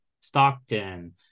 Stockton